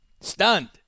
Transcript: stunned